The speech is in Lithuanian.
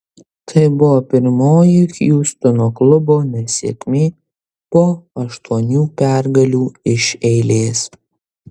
tai buvo pirmoji hjustono klubo nesėkmė po aštuonių pergalių iš eilės